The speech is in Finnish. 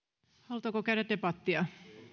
halutaanko käydä debattia